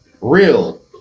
real